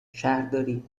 شهرداری